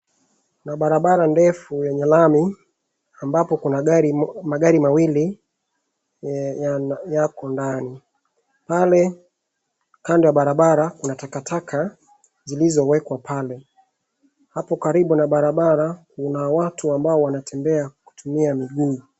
Kuna barabara ndefu yenye lami ambapo kuna magari mawili yako ndani. Pale kando ya barabara kuna takataka zilizowekwa pale, hapo karibu na barabara kuna watu ambao wanatembea kutumia miguu.